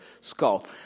skull